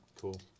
cool